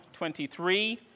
23